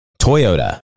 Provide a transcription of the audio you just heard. Toyota